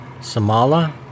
Samala